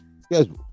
schedule